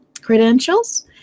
credentials